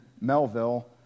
Melville